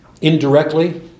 indirectly